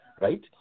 right